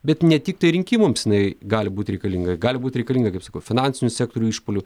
bet ne tiktai rinkimams jinai gali būt reikalinga gali būt reikalinga kaip sakau finansinių sektorių išpuolių